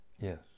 Yes